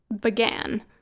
began